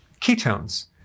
ketones